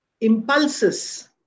impulses